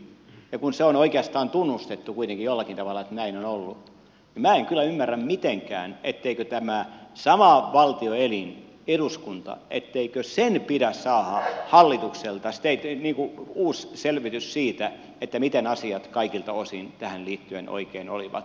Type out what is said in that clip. ja kun se on oikeastaan tunnustettu kuitenkin jollakin tavalla että näin on ollut niin minä en kyllä ymmärrä mitenkään etteikö tämän saman valtioelimen eduskunnan pidä saada hallitukselta uusi selvitys siitä miten asiat kaikilta osin tähän liittyen oikein olivat